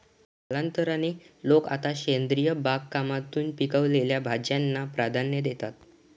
कालांतराने, लोक आता सेंद्रिय बागकामातून पिकवलेल्या भाज्यांना प्राधान्य देतात